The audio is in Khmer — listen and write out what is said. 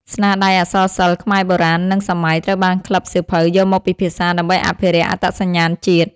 ស្នាដៃអក្សរសិល្ប៍ខ្មែរបុរាណ និងសម័យ ត្រូវបានក្លឹបសៀវភៅយកមកពិភាក្សាដើម្បីអភិរក្សអត្តសញ្ញាណជាតិ។